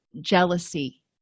jealousy